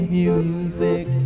music